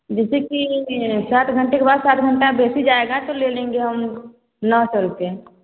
जैसे कि सात घंटे के बाद सात घंटा वैसे जाएगा तो ले लेंगे हम नहीं सौ रुपया